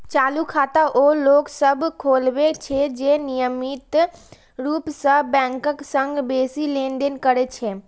चालू खाता ओ लोक सभ खोलबै छै, जे नियमित रूप सं बैंकक संग बेसी लेनदेन करै छै